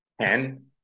ten